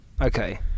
okay